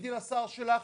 תגידי לשר שלך: